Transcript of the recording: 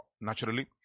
naturally